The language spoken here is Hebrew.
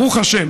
ברוך השם,